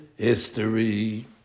History